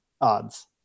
odds